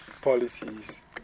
policies